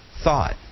thought